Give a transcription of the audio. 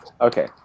okay